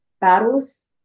battles